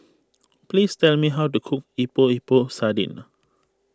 please tell me how to cook Epok Epok Sardin